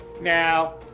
Now